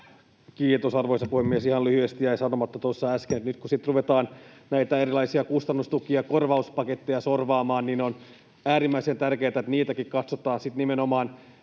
Kiitos, arvoisa puhemies! Ihan lyhyesti: Jäi sanomatta tuossa äsken, että nyt kun sitten ruvetaan näitä erilaisia kustannustukia ja korvauspaketteja sorvaamaan, niin on äärimmäisen tärkeätä, että niitäkin katsotaan sitten nimenomaan